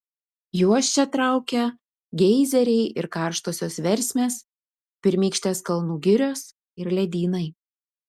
juos čia traukia geizeriai ir karštosios versmės pirmykštės kalnų girios ir ledynai